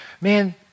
man